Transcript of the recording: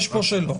יש פה שאלה.